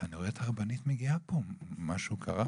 אני רואה את הרבנית מגיעה פה, משהו קרה?